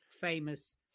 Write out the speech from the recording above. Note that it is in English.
famous